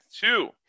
two